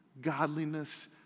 godliness